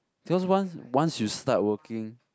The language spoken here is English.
cause once once you start working